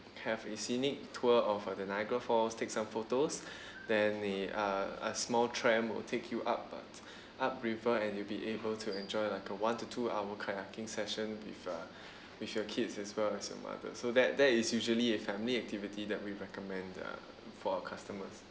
have a scenic tour of uh the niagara falls take some photos then a uh a small tram will take you up up river and you'll be able to enjoy like a one to two hour kayaking session with uh with your kids as well as your mother so that that is usually a family activity that we recommend uh for our customers